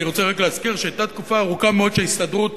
אני רוצה רק להזכיר שהיתה תקופה ארוכה מאוד שההסתדרות